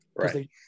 right